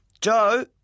Joe